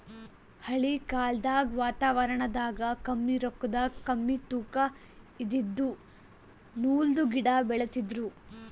ಹಳಿ ಕಾಲ್ದಗ್ ವಾತಾವರಣದಾಗ ಕಮ್ಮಿ ರೊಕ್ಕದಾಗ್ ಕಮ್ಮಿ ತೂಕಾ ಇದಿದ್ದು ನೂಲ್ದು ಗಿಡಾ ಬೆಳಿತಿದ್ರು